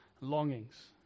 longings